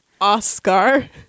oscar